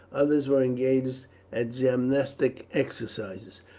others were engaged at gymnastic exercises.